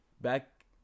back